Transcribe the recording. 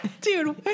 Dude